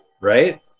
right